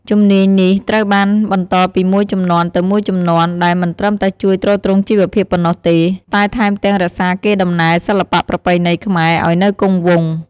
ជំនាញនេះត្រូវបានបន្តពីមួយជំនាន់ទៅមួយជំនាន់ ដែលមិនត្រឹមតែជួយទ្រទ្រង់ជីវភាពប៉ុណ្ណោះទេ តែថែមទាំងរក្សាកេរដំណែលសិល្បៈប្រពៃណីខ្មែរឱ្យនៅគង់វង្ស។